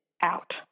out